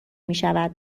میشود